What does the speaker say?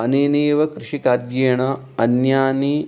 अनेनैव कृषिकार्येण अन्यानि